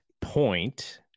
point